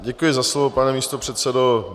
Děkuji za slovo, pane místopředsedo.